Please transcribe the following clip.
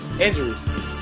injuries